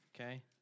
Okay